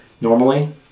normally